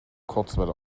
kurzwelle